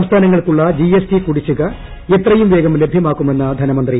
സംസ്ഥാനങ്ങൾക്കുള്ള G S T കുടിശ്ശിക എത്രയുംവേഗ്കും ലഭ്യ്മാക്കുമെന്ന് ധനമന്ത്രി